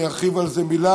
ואני ארחיב על זה מילה,